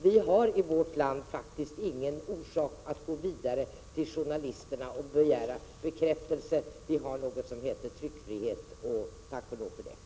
Vi har i vårt land ingen orsak att gå till journalisterna och begära bekräftelser. Det finns något som heter tryckfrihet — tack och lov för det!